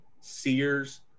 Sears